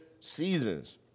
seasons